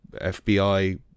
FBI